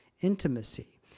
intimacy